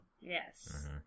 Yes